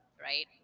right